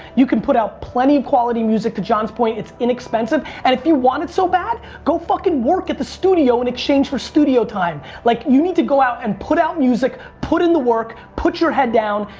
you can put out plenty of quality music. to john's point, it's inexpensive and if you want it so bad, go fucking work at the studio in exchange for studio time. like you need to go out and put out music, put in the work, put your head down,